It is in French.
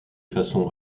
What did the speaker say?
façon